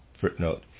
Footnote